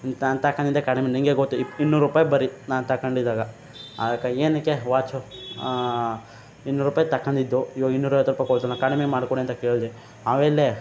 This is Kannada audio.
ತಾನು ತಗೊಂದಿದ್ದೆ ಕಡಿಮೆ ನಿಂಗೆ ಗೊತ್ತು ಇನ್ನೂರು ರುಪಾಯಿ ಬರಿ ನಾನು ತಗೊಂಡಿದಾಗ ಆಕ ಏನಕ್ಕೆ ವಾಚು ಇನ್ನೂರು ರುಪಾಯಿ ತಗೊಂಡಿದ್ದು ಇವಾಗ ಇನ್ನೂರೈವತ್ತು ರೂಪಾಯಿ ಕೊ ನಾನು ಕಡಿಮೆ ಮಾಡ್ಕೊಡಿ ಅಂತ ಕೇಳಿದೆ ಅವೆಲ್ಲಿ